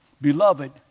beloved